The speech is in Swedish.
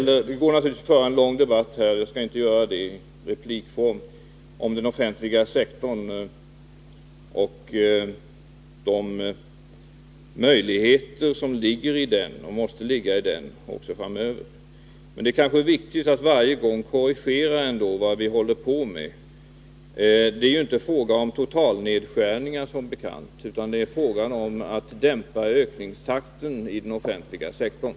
Det går naturligtvis att föra en lång debatt — jag skall inte göra det i replikform — om den offentliga sektorn och om de möjligheter som ligger i den och måste ligga i den också framöver. Men det kanske är viktigt att korrigera en del uppfattningar om vad regeringen håller på med. Det är som bekant inte fråga om totalnedskärningar, utan det är fråga om att dämpa ökningstakten i den offentliga sektorn.